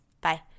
Bye